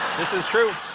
this is true.